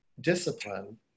discipline